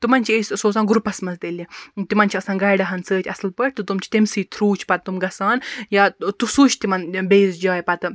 تِمَن چھِ أسۍ سوزان گروپَس مَنٛز تیٚلہِ تِمَن چھِ آسان گایڑٕ ہٕنۍ سۭتۍ اصٕل پٲٹھۍ تہٕ تِم چھِ تٔمسٕے تھروٗ چھِ پَتہٕ تِم گَژھان یا سُے چھُ تِمَن بیٚیِس جایہِ پَتہٕ